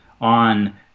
on